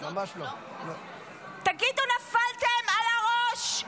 תגידו, נפלתם על הראש?